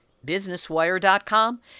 businesswire.com